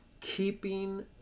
keeping